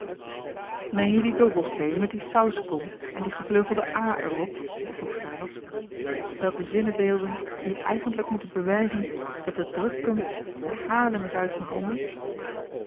opgericht meenje dien dobbelsteen met die sauskom en die gevleugelde a er op vroeg gerlof welke zinnebeelden nu eigentlijk moeten bewijzen dat de drukkunst te haarlem is uitgevonden